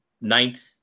ninth